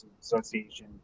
Association